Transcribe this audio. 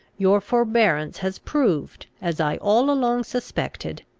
your forbearance has proved, as i all along suspected,